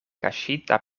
kaŝita